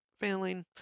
failing